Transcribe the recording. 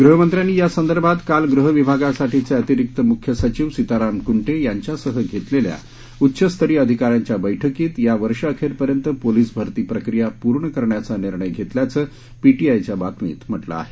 गृहमंत्र्यांनी या संदर्भात काल गृह विभागासाठीचे अतिरिक्त मुख्य सचिव सिताराम कुंटे यांच्यासह घेतलेल्या उच्चस्तरीय अधिकाऱ्यांच्या बैठकीत या वर्षअखेरपर्यंत पोलिस भरती प्रक्रिया पूर्ण करण्याचा निर्णय घेतल्याचं पीटीआयच्या बातमीत म्हटलं आहे